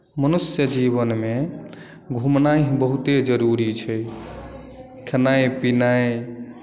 मनुष्य जीवनमे घुमनाई बहुते जरुरी छै खेनाई पिनाई